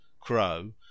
crow